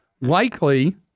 likely